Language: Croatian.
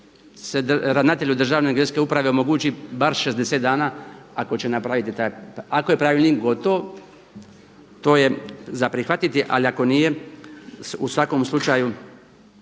se ravnatelju Državne geodetske uprave omogući bar 60 dana ako će napraviti taj, ako je pravilnik gotov to je za prihvatiti ali ako nije u svakom slučaju